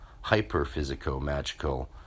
hyper-physico-magical